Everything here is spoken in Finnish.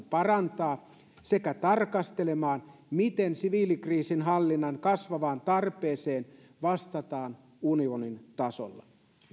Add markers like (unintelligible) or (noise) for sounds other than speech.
(unintelligible) parantaa sekä tarkastelemaan miten siviilikriisinhallinnan kasvavaan tarpeeseen vastataan unionin tasolla